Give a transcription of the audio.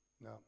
No